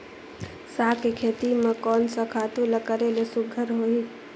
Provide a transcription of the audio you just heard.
साग के खेती म कोन स खातु ल करेले सुघ्घर होही?